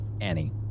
Annie